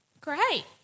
Great